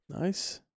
Nice